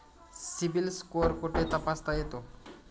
CIBIL score कुठे तपासता येतो?